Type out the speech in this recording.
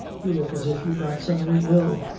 you look as if you got suddenly ill.